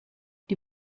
die